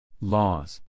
Laws